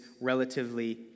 relatively